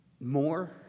more